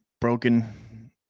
broken